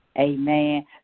Amen